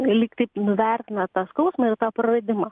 lygtai nuvertina tą skausmą ir tą praradimą